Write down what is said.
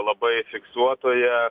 labai fiksuotoje